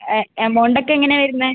amount ഒക്കെ എങ്ങനെയാണ് വരുന്നത്